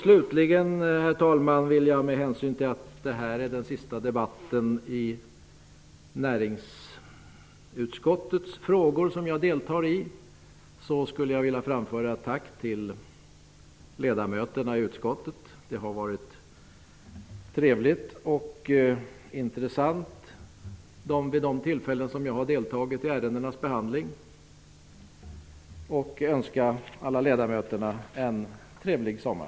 Slutligen, herr talman, vill jag, med hänsyn till att detta är den sista debatten i näringsutskottets frågor som jag deltar i, framföra ett tack till ledamöterna i utskottet. Det har varit trevligt och intressant vid de tillfällen då jag har deltagit vid ärendenas behandling. Jag önskar alla ledamöter en trevlig sommar.